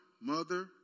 mother